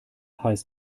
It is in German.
heißt